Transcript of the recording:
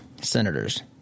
senators